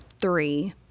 three